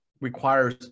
requires